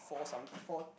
fall some phone